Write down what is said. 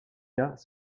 cas